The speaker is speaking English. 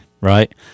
right